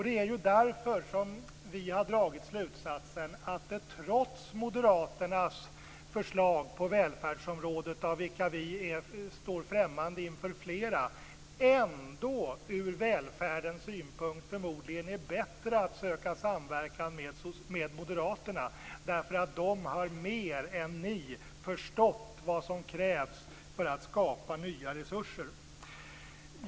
Det är därför vi har dragit slutsatsen att det trots moderaternas förslag på välfärdsområdet, av vilka vi står främmande inför många, ändå ur välfärdens synpunkt förmodligen är bättre att söka samverkan med moderaterna. De har mer än ni förstått vad som krävs för att skapa nya resurser.